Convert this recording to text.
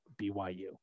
BYU